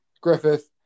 Griffith